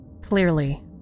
Clearly